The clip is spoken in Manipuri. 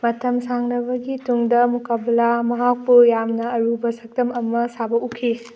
ꯃꯇꯝ ꯁꯥꯡꯂꯕꯒꯤ ꯇꯨꯡꯗ ꯃꯨꯀꯥꯕꯂꯥ ꯃꯍꯥꯛꯄꯨ ꯌꯥꯝꯅ ꯑꯔꯨꯕ ꯁꯛꯇꯝ ꯑꯃ ꯁꯥꯕ ꯎꯈꯤ